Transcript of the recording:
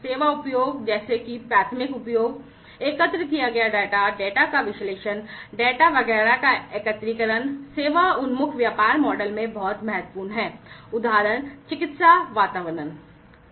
सेवा उपयोग जैसे कि प्राथमिक उपयोग एकत्र किया गया डेटा डेटा का विश्लेषण डेटा वगैरह का एकत्रीकरण सेवा उन्मुख व्यापार मॉडल में बहुत महत्वपूर्ण हैं उदाहरण चिकित्सा वातावरण हैं